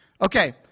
Okay